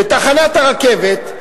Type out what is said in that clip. בתחנת הרכבת,